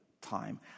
time